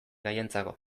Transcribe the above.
haientzako